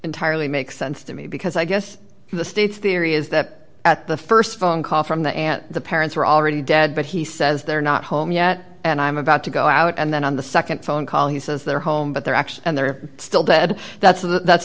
entirely make sense to me because i guess the state's theory is that at the st phone call from the aunt the parents were already dead but he says they're not home yet and i'm about to go out and then on the nd phone call he says they're home but they're actually and they're still dead that's th